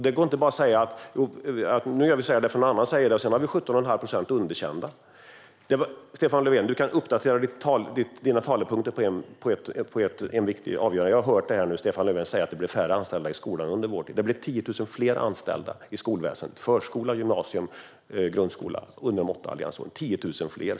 Det går inte bara att säga att vi gör så här för att någon annan säger det, och sedan har vi 17 1⁄2 procent som är underkända. Du kan uppdatera dina talepunkter när det gäller en viktig sak, Stefan Löfven. Jag har hört Stefan Löfven säga att det blev färre anställda i skolan under vår tid, men det blev 10 000 fler anställda i skolväsendet - förskola, gymnasium och grundskola - under de åtta alliansåren. Det blev 10 000 fler.